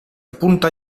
apunta